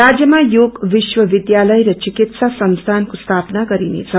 राज्यमा योग विवविध्यालय र चिकित्सा संसीनको स्थ्याना गरिनेछ